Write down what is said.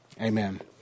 Amen